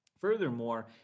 furthermore